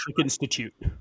institute